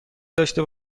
داشته